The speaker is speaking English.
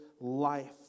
life